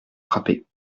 frappés